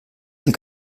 will